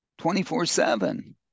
24-7